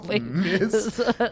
Miss